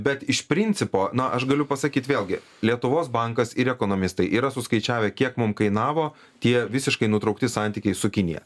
bet iš principo na aš galiu pasakyt vėlgi lietuvos bankas ir ekonomistai yra suskaičiavę kiek mum kainavo tie visiškai nutraukti santykiai su kinija